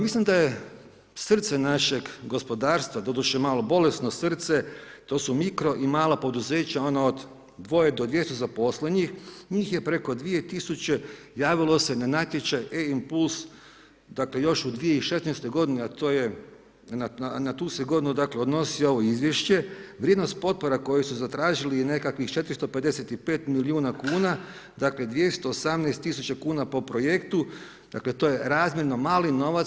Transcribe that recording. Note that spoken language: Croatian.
Mislim da je srce našeg gospodarstva, doduše malo bolesno srce, to su mikro i mala poduzeća, ona od dvoje do 200 zaposlenih, njih je preko 2000 javilo se na natječaj E-impuls, dakle još u 2016. godini, a to je, na tu se godinu dakle, odnosi ovo izvješće, vrijednost potpora koje su zatražili je nekakvih 455 milijuna kuna, dakle 218 tisuća kuna po projektu, dakle, to je razmjerno mali novac.